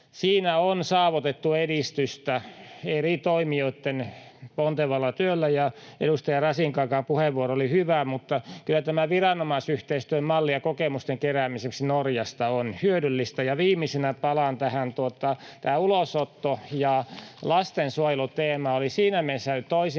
Siinä on saavutettu edistystä eri toimijoitten pontevalla työllä. Edustaja Rasinkankaan puheenvuoro oli hyvä, mutta kyllä tämä viranomaisyhteistyön malli ja kokemusten kerääminen Norjasta on hyödyllistä. Ja viimeisinä palaan tähän ulosotto‑ ja lastensuojeluteemaan. Ne olivat siinä mielessä toisiinsa